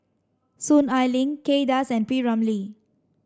Soon Ai Ling Kay Das and P Ramlee